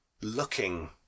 looking